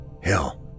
Hell